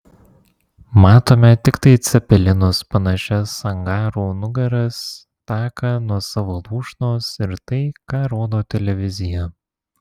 matome tiktai į cepelinus panašias angarų nugaras taką nuo savo lūšnos ir tai ką rodo televizija